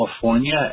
California